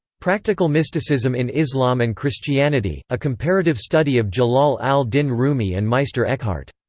practical mysticism in islam and christianity a comparative study of jalal al-din rumi and meister eckhart.